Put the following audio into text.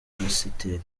pasiteri